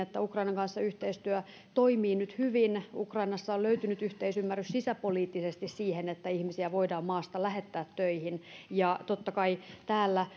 niin ukrainan kanssa yhteistyö toimii nyt hyvin ukrainassa on löytynyt yhteisymmärrys sisäpoliittisesti siihen että ihmisiä voidaan maasta lähettää töihin ja totta kai täällä